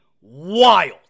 wild